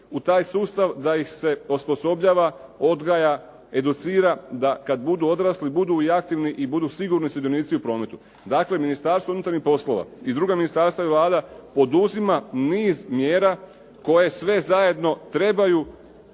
u taj sustav da ih se osposobljava, odgaja, educira, da kad budu odrasli budu i aktivni i budu sigurni sudionici u prometu. Dakle, Ministarstvo unutarnjih poslova i druga ministarstva i Vlada poduzima niz mjera koje sve zajedno trebaju